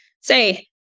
say